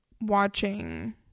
watching